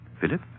Philip